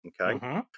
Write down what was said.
Okay